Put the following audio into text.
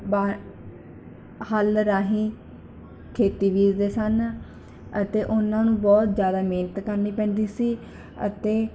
ਬਾਹਰ ਹੱਲ ਰਾਹੀਂ ਖੇਤੀ ਬੀਜਦੇ ਸਨ ਅਤੇ ਉਨਾਂ ਨੂੰ ਬਹੁਤ ਜ਼ਿਆਦਾ ਮਿਹਨਤ ਕਰਨੀ ਪੈਂਦੀ ਸੀ ਅਤੇ